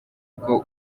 bwo